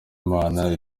imana